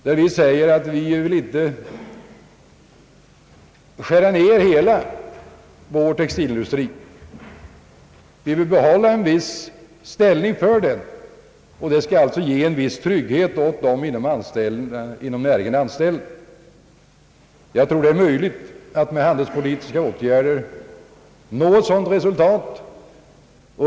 Man skall säga att vi inte vill skära ned hela vår textilindustri. Vi vill behålla en viss ställning för denna industri, och alltså ge en viss trygghet åt dem som är anställda inom näringen. Jag tror att det är möjligt att med handelspolitiska åtgärder nå ett sådant resultat.